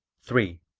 three.